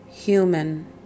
Human